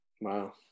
Wow